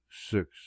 six